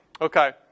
Okay